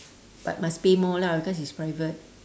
but must pay more lah cause it's private